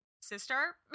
sister